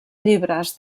llibres